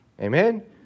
Amen